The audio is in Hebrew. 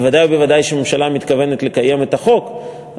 ודאי וודאי שהממשלה מתכוונת לקיים את החוק,